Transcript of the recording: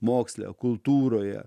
moksle kultūroje